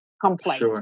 complaint